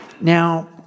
Now